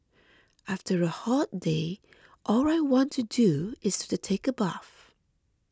after a hot day all I want to do is to take a bath